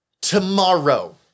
Tomorrow